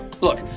Look